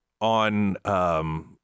on